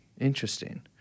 Interesting